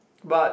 but